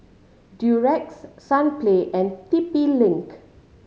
Durex Sunplay and T P Link